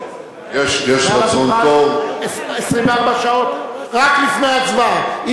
יש רצון טוב, 24 שעות רק לפני הצבעה.